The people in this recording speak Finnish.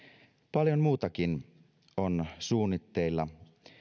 paljon muutakin on suunnitteilla